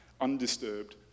undisturbed